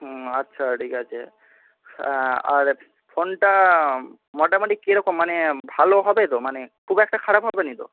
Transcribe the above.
হুম আচ্ছা ঠিক আছে হ্যাঁ আর ফোনটা মোটামোটি কীরকম মানে ভালো হবে তো মানে খুব একটা খারাপ হবে না তো